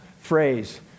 phrase